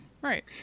Right